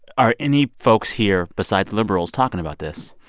are any folks here besides liberals talking about this?